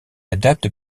adapte